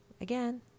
again